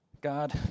God